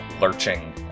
lurching